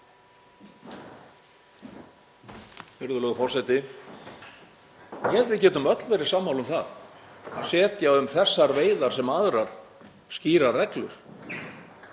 Virðulegur forseti. Ég held að við getum öll verið sammála um að setja um þessar veiðar, sem aðrar, skýrar reglur